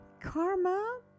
karma